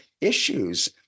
issues